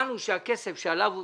שהכסף שעליו דובר,